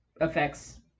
affects